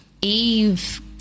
Eve